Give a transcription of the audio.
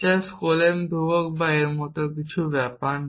যা skolem ধ্রুবক বা এর মতো কিছু ব্যাপার না